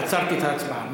עצרתי את ההצבעה.